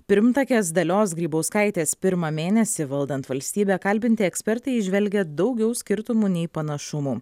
pirmtakės dalios grybauskaitės pirmą mėnesį valdant valstybę kalbinti ekspertai įžvelgia daugiau skirtumų nei panašumų